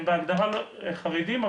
הם בהגדרה חרדים,